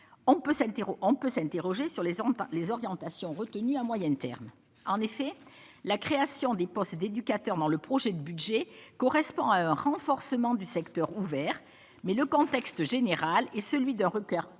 on peut s'interroger sur les ondes, pas les orientations retenues à moyen terme en effet la création des postes d'éducateurs dans le projet de budget correspond à : renforcement du secteur ouvert mais le contexte général est celui d'un d'un